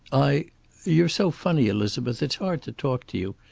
i you're so funny, elizabeth. it's hard to talk to you.